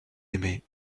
aimé